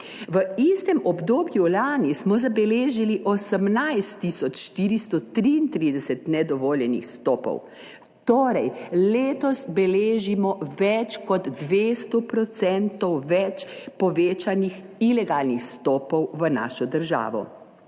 V istem obdobju lani smo zabeležili 18 tisoč 433 nedovoljenih vstopov, torej letos beležimo več kot 200 % več povečanih ilegalnih vstopov v našo državo.